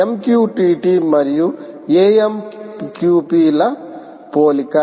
MQTT మరియు AMQP ల పోలిక